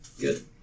Good